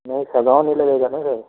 नहीं सागवान हीं लगेगा नहीं रे